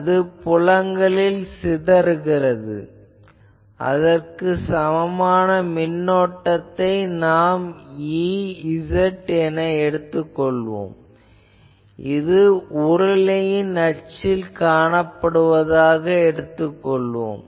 அது புலங்களில் சிதறுகிறது அதற்கு சமமான மின்னோட்டத்தை நாம் Ez எனக் கொள்வோம் இது உருளையின் அச்சில் காணப்படுவதாக எடுத்துக் கொள்வோம்